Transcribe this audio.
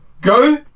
go